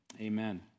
amen